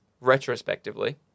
retrospectively